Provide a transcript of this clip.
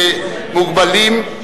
מי בעד?